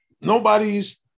nobody's